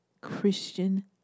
Christian